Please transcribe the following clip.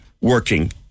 working